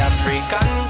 African